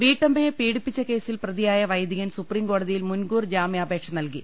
വീട്ടമ്മയെ പീഡിപ്പിച്ച കേസിൽ പ്രതിയായ വൈദികൻ സുപ്രീംകോ ടതിയിൽ മുൻകൂർ ജാമ്യാപേക്ഷ നൽകി